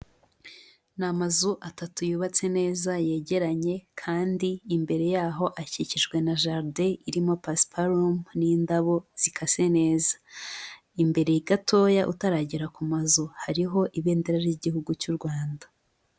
Ni amazu atatu yubatse neza yegeranye, kandi imbere yaho akikijwe na jaride irimo pasiparumu n'indabo zikase neza, imbere gatoya utaragera ku mazu hariho ibendera ry'igihugu cy'u Rwanda.